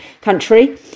country